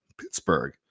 Pittsburgh